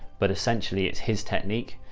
but essentially it's his technique.